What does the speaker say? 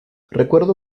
recuerdo